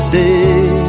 day